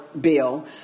bill